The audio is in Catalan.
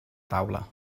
taula